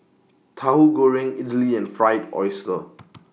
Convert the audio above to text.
Tahu Goreng Idly and Fried Oyster